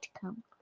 come